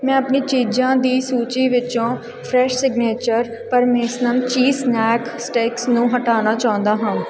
ਮੈਂ ਆਪਣੀਆਂ ਚੀਜ਼ਾਂ ਦੀ ਸੂਚੀ ਵਿੱਚੋਂ fresh signature parmesan cheese snack sticks ਨੂੰ ਹਟਾਉਣਾ ਚਾਹੁੰਦਾ ਹਾਂ